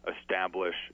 establish